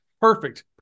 perfect